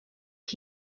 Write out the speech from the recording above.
mae